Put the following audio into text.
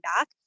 back